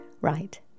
Right